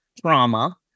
trauma